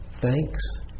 thanks